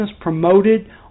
promoted